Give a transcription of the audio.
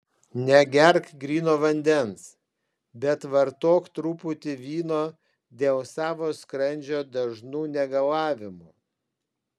negerk gryno vandens bet vartok truputį vyno dėl savo skrandžio dažnų negalavimų